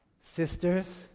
Sisters